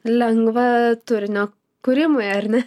lengva turinio kūrimui ar ne